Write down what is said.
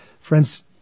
Friends